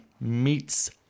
meets